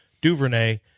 DuVernay